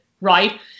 right